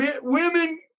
women